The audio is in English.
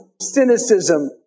cynicism